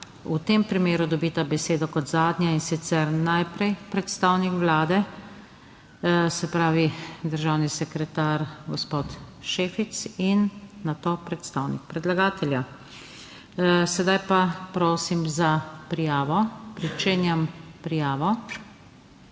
v tem primeru dobita besedo kot zadnja, in sicer najprej predstavnik Vlade, se pravi državni sekretar gospod Šefic in nato predstavnik predlagatelja. Sedaj pa prosim za prijavo. Pričenjam prijavo.